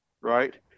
right